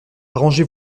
arranger